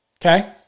Okay